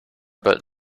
but